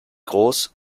groß